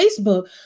Facebook